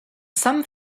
some